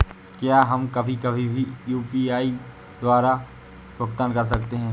क्या हम कभी कभी भी यू.पी.आई द्वारा भुगतान कर सकते हैं?